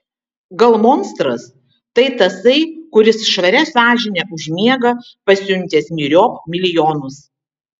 gal monstras tai tasai kuris švaria sąžine užmiega pasiuntęs myriop milijonus